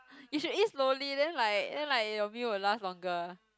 you should eat slowly then like then like your meal will last longer